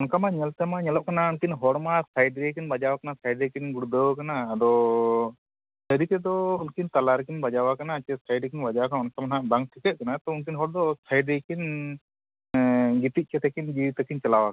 ᱚᱱᱠᱟᱢᱟ ᱧᱮᱞ ᱛᱮᱢᱟ ᱧᱮᱞᱚᱜ ᱠᱟᱱᱟ ᱩᱱᱠᱤᱱ ᱦᱚᱲᱢᱟ ᱥᱟᱭᱤᱰ ᱨᱮᱜᱮ ᱠᱤᱱ ᱵᱟᱡᱟᱣ ᱠᱟᱱᱟ ᱥᱟᱭᱤᱰ ᱨᱮᱜᱮᱠᱤᱱ ᱜᱩᱲᱫᱷᱟᱹᱣ ᱠᱟᱱᱟ ᱟᱫᱚ ᱥᱟᱹᱨᱤ ᱛᱮᱫᱚ ᱩᱱᱠᱤᱱ ᱛᱟᱞᱟᱨᱮᱠᱤᱱ ᱵᱟᱡᱟᱣ ᱠᱟᱱᱟ ᱥᱮ ᱥᱟᱭᱤᱰ ᱨᱮᱠᱤᱱ ᱵᱟᱡᱟᱣ ᱠᱟᱱᱟ ᱚᱱᱠᱟ ᱫᱚ ᱱᱟᱜ ᱵᱟᱝ ᱴᱷᱤᱠᱟᱹᱜ ᱠᱟᱱᱟ ᱛᱚ ᱩᱱᱠᱤᱱ ᱦᱚᱲ ᱫᱚ ᱥᱟᱭᱤᱰ ᱨᱮᱜᱮᱠᱤᱱ ᱜᱤᱛᱤᱡ ᱠᱟᱛᱮᱠᱤᱱ ᱡᱤᱣᱤ ᱛᱟᱠᱤᱱ ᱪᱟᱞᱟᱣ ᱠᱟᱱᱟ